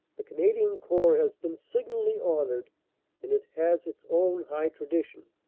the canadian corps has been signally honored and it has its own high tradition.